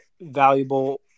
valuable